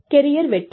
career வெற்றி